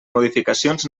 modificacions